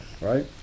right